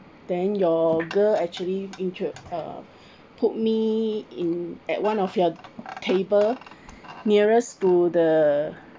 then your girl actually intro~ uh put me in at one of your table nearest to the